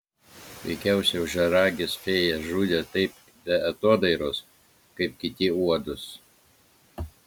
veikiausiai ožiaragis fėjas žudė taip be atodairos kaip kiti uodus